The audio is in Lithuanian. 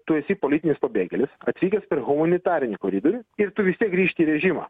tu esi politinis pabėgėlis atvykęs per humanitarinį koridorių ir tu vis tiek grįžti į režimą